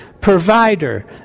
provider